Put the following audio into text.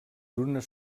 unes